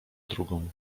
drugą